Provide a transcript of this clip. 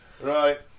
Right